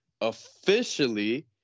officially